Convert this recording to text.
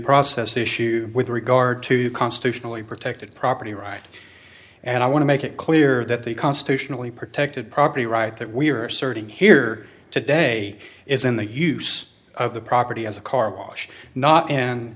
process issue with regard to constitutionally protected property rights and i want to make it clear that the constitutionally protected property right that we are asserting here today is in the use of the property as a car